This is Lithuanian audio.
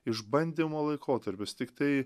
išbandymo laikotarpis tiktai